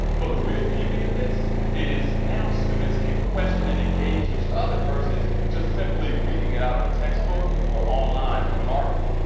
but the real beauty of this is now students can question and engage each other versus just simply reading it out of a textbook or online from an article.